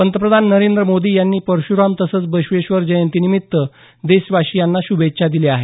पंतप्रधान नरेंद्र मोदी यांनी परशुराम तसंच बसवेश्वर जयंतीनिमित्त देशवासियांना शुभेच्छा दिल्या आहेत